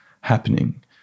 happening